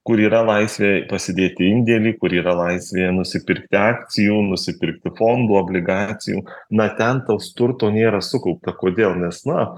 kur yra laisvė pasidėti indėlį kur yra laisvė nusipirkti akcijų nusipirkti fondų obligacijų na ten tos turto nėra sukaupta kodėl nes na